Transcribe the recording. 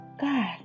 God